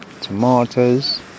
tomatoes